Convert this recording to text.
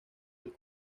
del